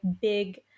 big